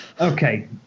Okay